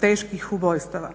teških ubojstava.